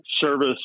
service